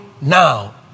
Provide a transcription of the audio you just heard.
now